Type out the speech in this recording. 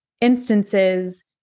instances